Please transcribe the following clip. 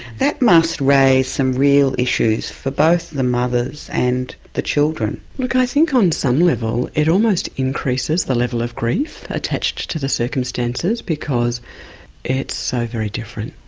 that must raise some real issues for both the mothers and the children. look, i think on some level it almost increases the level of grief attached to the circumstances, because it's so very different.